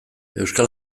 euskal